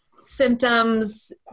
symptoms